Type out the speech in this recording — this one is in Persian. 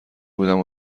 بودم